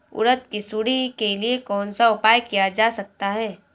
उड़द की सुंडी के लिए कौन सा उपाय किया जा सकता है?